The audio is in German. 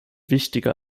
wichtiger